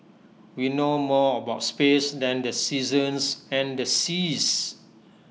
we know more about space than the seasons and the seas